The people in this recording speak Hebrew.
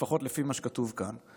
לפחות לפי מה שכתוב כאן.